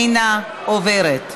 אינה עוברת.